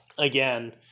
Again